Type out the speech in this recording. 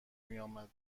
میامد